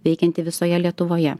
veikianti visoje lietuvoje